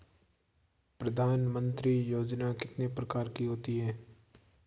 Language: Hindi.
प्रधानमंत्री योजना कितने प्रकार की होती है?